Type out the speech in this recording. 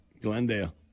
glendale